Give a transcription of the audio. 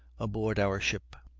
aboard our ship.